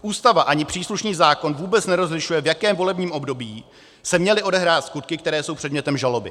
Ústava ani příslušný zákon vůbec nerozlišují, v jakém volebním období se měly odehrát skutky, které jsou předmětem žaloby.